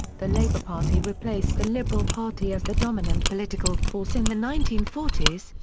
the labour party replaced the liberal party as the dominant political force in the nineteen forty s,